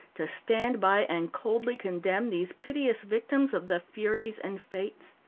to stand by and coldly condemn these piteous victims of the furies and fates?